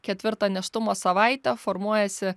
ketvirtą nėštumo savaitę formuojasi